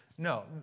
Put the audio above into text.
No